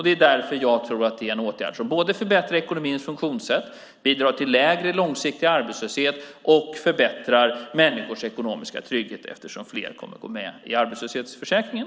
Det tror jag är en åtgärd som både förbättrar ekonomins funktionssätt, bidrar till lägre långsiktig arbetslöshet och förbättrar människors ekonomiska trygghet eftersom fler kommer att gå med i arbetslöshetsförsäkringen.